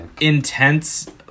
intense